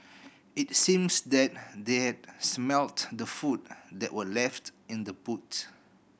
it seems that they had smelt the food that were left in the boot